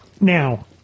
now